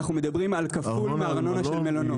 אנחנו מדברים על כפול מארנונה של מלונות.